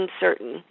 uncertain